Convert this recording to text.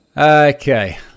okay